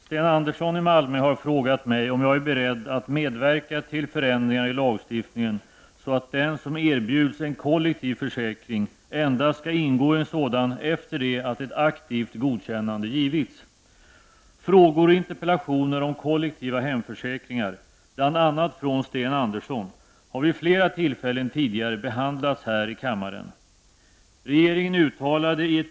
Herr talman! Sten Andersson i Malmö har frågat mig om jag är beredd att medverka till förändringar i lagstiftningen så att den som erbjuds en kollektiv försäkring endast skall ingå i en sådan efter det att ett aktivt godkännande givits. Frågor och interpellationer om kollektiva hemförsäkringar, bl.a. från Sten Andersson, har vid flera tillfällen tidigare behandlats här i kammaren.